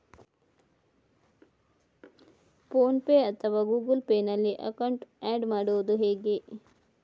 Phone pay ಅಥವಾ Google Pay ನಲ್ಲಿ account add ಮಾಡುವುದು ಹೇಗೆ?